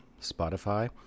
Spotify